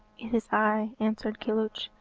it is i, answered kilhuch.